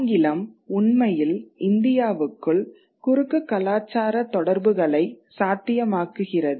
ஆங்கிலம் உண்மையில் இந்தியாவுக்குள் குறுக்கு கலாச்சார தொடர்புகளை சாத்தியமாக்குகிறது